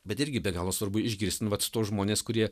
bet irgi be galo svarbu išgirst nu vat tuos žmones kurie